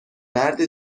مرد